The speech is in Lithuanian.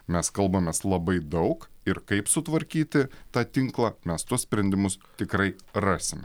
mes kalbamės labai daug ir kaip sutvarkyti tą tinklą mes tuos sprendimus tikrai rasime